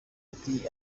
ati